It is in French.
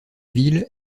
ville